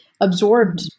absorbed